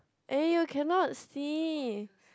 eh you cannot see